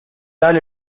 tal